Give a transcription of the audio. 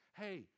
Hey